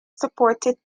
supported